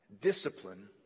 discipline